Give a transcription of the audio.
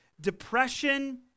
depression